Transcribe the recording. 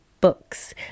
books